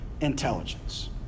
intelligence